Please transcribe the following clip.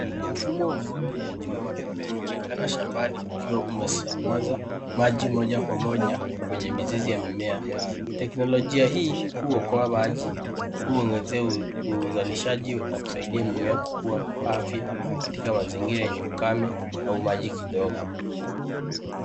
Mfumo wa umwagiliaji wa matone umeonekana shambani ukiwa umesambaza maji moja kwa moja kwenye mizizi ya mimea. Teknolojia hii huokoa maji, huongezea uzalishaji na kusaidia mimea kukua kwa afya katika mazingira yenye ukame au maji kidogo.